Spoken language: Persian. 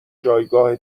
جایگاه